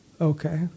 Okay